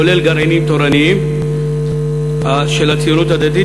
כולל גרעינים תורניים של הציונות הדתית,